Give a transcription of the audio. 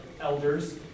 elders